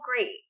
great